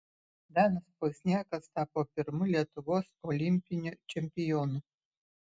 danas pozniakas tapo pirmu lietuvos olimpiniu čempionu